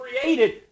created